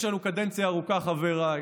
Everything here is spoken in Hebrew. יש לנו קדנציה ארוכה, חבריי.